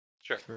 Sure